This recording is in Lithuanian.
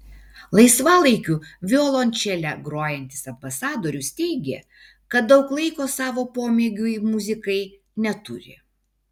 laisvalaikiu violončele grojantis ambasadorius teigė kad daug laiko savo pomėgiui muzikai neturi